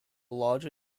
larger